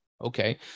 Okay